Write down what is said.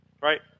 right